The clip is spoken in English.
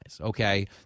Okay